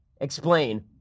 Explain